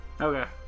Okay